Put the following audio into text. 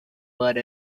worth